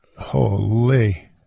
Holy